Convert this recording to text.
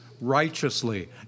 righteously